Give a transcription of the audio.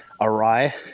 awry